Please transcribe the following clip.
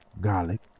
garlic